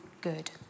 good